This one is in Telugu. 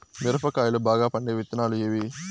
మిరప కాయలు బాగా పండే విత్తనాలు ఏవి